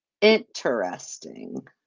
interesting